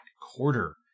quarter